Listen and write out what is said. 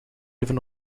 even